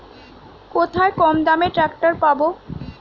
কোথায় কমদামে ট্রাকটার পাব?